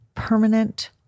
permanent